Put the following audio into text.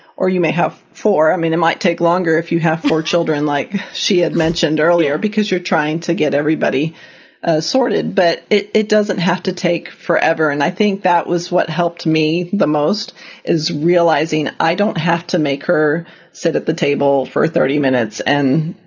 or you may have four. i mean, it might take longer if you have four children like she had mentioned earlier, because you're trying to get everybody ah sorted. but it it doesn't have to take forever. and i think that was what helped me the most is realizing i don't have to make her sit at the table for thirty minutes and,